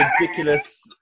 ridiculous